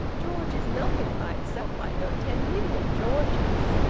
george is nothing by itself, i know ten million georges.